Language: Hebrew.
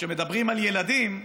כשמדברים על ילדים,